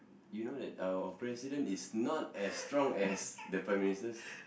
you know that our president is not as strong as the Prime-Ministers